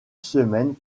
semaine